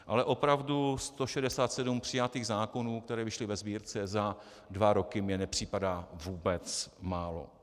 Ale opravdu 167 přijatých zákonů, které vyšly ve Sbírce za dva roky, mi nepřipadá vůbec málo.